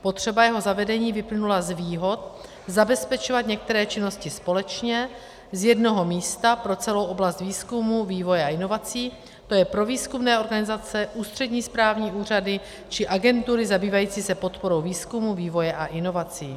Potřeba jeho zavedení vyplynula z výhod zabezpečovat některé činnosti společně z jednoho místa pro celou oblast výzkumu, vývoje a inovací, to je pro výzkumné organizace, ústřední správní úřady či agentury zabývající se podporou výzkumu, vývoje a inovací.